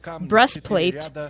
breastplate